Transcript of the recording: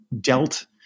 dealt